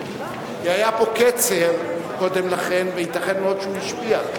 כי היה פה קצר קודם לכן וייתכן מאוד שהוא השפיע.